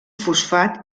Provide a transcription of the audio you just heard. fosfat